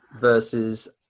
versus